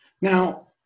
Now